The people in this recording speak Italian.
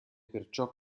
perciò